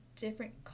different